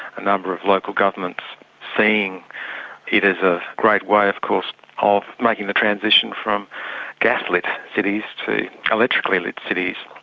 a number of local governments seeing it as a great way of course of making the transition from gas-lit cities to electrically-lit cities,